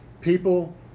People